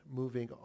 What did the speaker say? moving